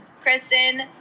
Kristen